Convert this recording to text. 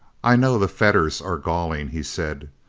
i know the fetters are galling, he said,